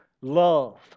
love